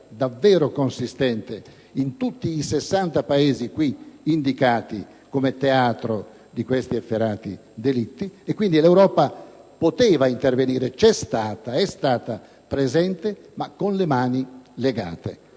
davvero consistente in tutti i 60 Paesi qui indicati come teatro di questi efferati delitti. Quindi, l'Europa poteva intervenire; è stata presente, ma con le mani legate: